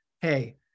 hey